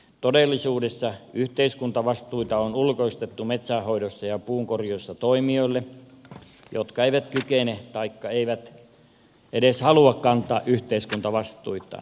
todellisuudessa yhteiskuntavastuita on ulkoistettu metsänhoidossa ja puunkorjuussa toimijoille jotka eivät kykene taikka eivät edes halua kantaa yhteiskuntavastuitaan